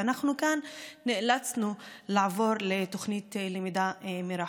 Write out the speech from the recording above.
אנחנו כאן נאלצנו לעבור לתוכנית למידה מרחוק.